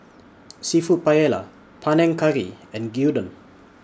Seafood Paella Panang Curry and Gyudon